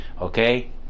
okay